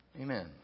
amen